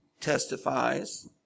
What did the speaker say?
testifies